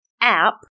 app